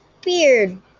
beard